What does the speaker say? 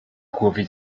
głowie